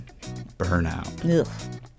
burnout